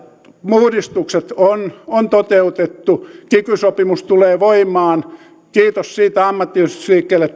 uudistukset on on toteutettu kiky sopimus tulee voimaan kiitos siitä ammattiyhdistysliikkeelle